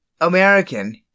American